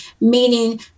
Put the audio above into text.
meaning